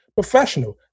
professional